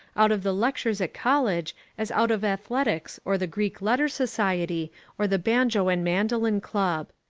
out of the lectures at college as out of athletics or the greek letter society or the banjo and mandolin club.